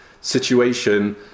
situation